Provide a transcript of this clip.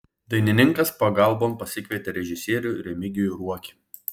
dainininkas pagalbon pasikvietė režisierių remigijų ruokį